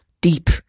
deep